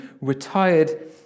retired